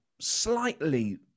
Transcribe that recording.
slightly